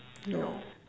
no